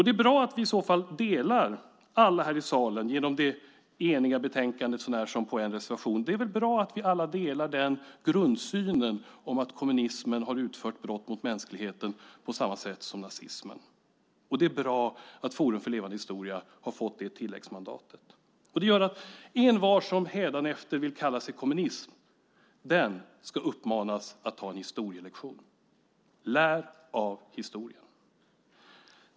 Det är i så fall bra att vi alla här i salen genom det eniga betänkandet, sånär som på en reservation, delar grundsynen att kommunismen har utfört brott mot mänskligheten på samma sätt som nazismen. Och det är bra att Forum för levande historia har fått det tilläggsmandatet. Det gör att envar som hädanefter vill kalla sig kommunist ska uppmanas att ta en historielektion. Lär av historien!